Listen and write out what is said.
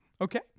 okay